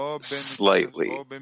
slightly